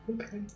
Okay